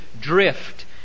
drift